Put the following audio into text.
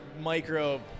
micro